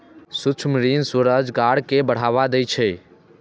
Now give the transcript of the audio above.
सूक्ष्म ऋण स्वरोजगार कें बढ़ावा दै छै